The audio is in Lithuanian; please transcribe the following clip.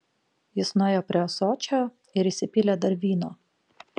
jis nuėjo prie ąsočio ir įsipylė dar vyno